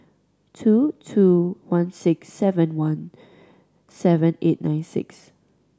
two two one six seven one seven eight nine six